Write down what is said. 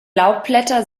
laubblätter